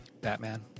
Batman